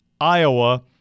Iowa